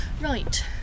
right